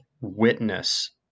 witness